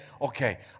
okay